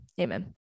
Amen